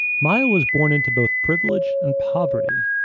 maya was born into both privilege and poverty.